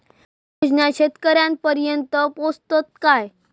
ते योजना शेतकऱ्यानपर्यंत पोचतत काय?